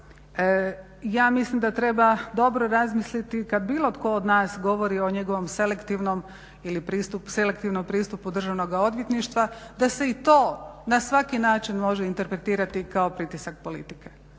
Ja mislim da treba dobro razmisliti kad bilo tko od nas govori o njegovom selektivnom ili selektivnom pristupu Državnoga odvjetništva da se i to na svaki način može interpretirati kao pritisak politike.